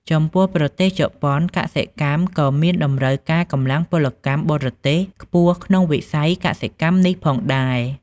ចំពោះប្រទេសជប៉ុនកសិកម្មក៏មានតម្រូវការកម្លាំងពលកម្មបរទេសខ្ពស់ក្នុងវិស័យកសិកម្មនេះផងដែរ ។